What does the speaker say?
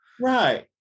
Right